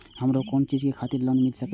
हमरो कोन चीज के खातिर लोन मिल संकेत?